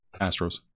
Astros